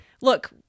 Look